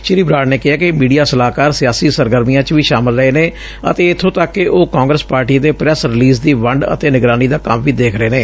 ਸ੍ਰੀ ਬਰਾੜ ਨੇ ਕਿਹੈ ਕਿ ਮੀਡੀਆ ਸਲਾਹਕਾਰ ਸਿਆਸੀ ਸਰਗਰਮੀਆਂ ਚ ਵੀ ਸ਼ਾਮਲ ਹੋ ਰਹੇ ਨੇ ਅਤੇ ਇਬੋਂ ਤੱਕ ਕਿ ਉਹ ਕਾਂਗਰਸ ਪਾਰਟੀ ਦੇ ਪ੍ਰੈਸ ਰਿਲੀਜ਼ ਦੀ ਵੰਡ ਅਤੇ ਨਿਗਰਾਨੀ ਦਾ ਕੰਮ ਵੀ ਦੇਖ ਰਹੇ ਨੇ